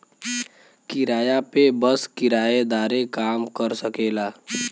किराया पे बस किराएदारे काम कर सकेला